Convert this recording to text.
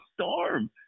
storm